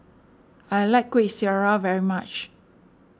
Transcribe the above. I like Kuih Syara very much